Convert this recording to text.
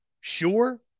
Sure